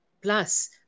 plus